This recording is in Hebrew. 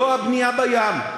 לא הבנייה בים.